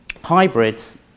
Hybrids